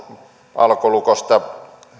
alkolukosta